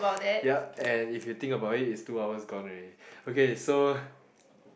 ya and if you think about it is two hours gone already okay so